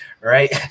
right